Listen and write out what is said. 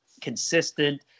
consistent